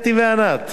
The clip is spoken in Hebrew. אתי וענת,